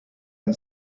ein